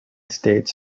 states